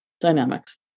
dynamics